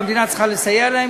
והמדינה צריכה לסייע להם,